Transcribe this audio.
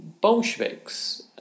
Bolsheviks